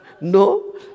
No